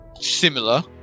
similar